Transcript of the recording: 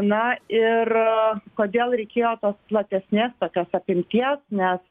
na ir kodėl reikėjo tos platesnės tokios apimties nes